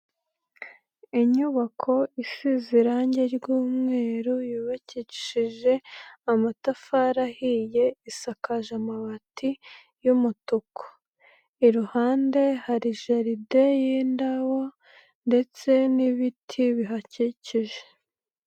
Inyubako isize irangi ry'umweru, yubakishije amatafari ahiye, isakaje amabati y'umutuku, iruhande hari jaride y'indabo ndetse n'ibiti bihakikije.